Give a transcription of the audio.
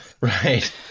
Right